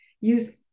Use